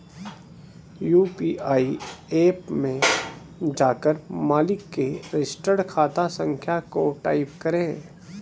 UPI app में जाकर मालिक के रजिस्टर्ड खाता संख्या को टाईप करें